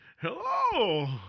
Hello